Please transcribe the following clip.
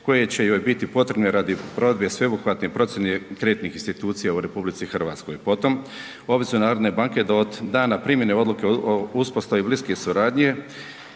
koje će joj biti potrebne radi provedbe sveobuhvatne procjene kreditnih institucija u RH. Potom, obveza HNB-a je da od dana primjene odluke o uspostavi bliske suradnje